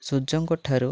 ସୂର୍ଯ୍ୟଙ୍କ ଠାରୁ